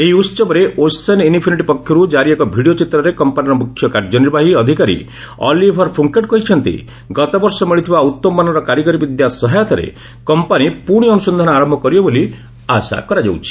ଏହି ଉହବରେ Ocean Infinity ପକ୍ଷରୁ ଜାରି ଏକ ଭିଡ଼ିଓ ଚିତ୍ରରେ କମ୍ପାନୀର ମୁଖ୍ୟ କାର୍ଯ୍ୟନିର୍ବାହୀ ଅଧିକାରୀ ଅଲିଭର୍ ପୂଙ୍କେଟ୍ କହିଛନ୍ତି ଗତବର୍ଷ ମିଳିଥିବା ଉତ୍ତମମାନର କାରିଗରୀ ବିଦ୍ୟା ସହାୟତାରେ କମ୍ପାନୀ ପୁଣି ଅନୁସନ୍ଧାନ ଆରମ୍ଭ କରିବ ବୋଲି ଆଶା କରାଯାଉଛି